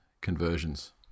conversions